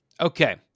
okay